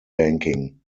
banking